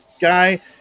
guy